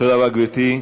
תודה רבה, גברתי.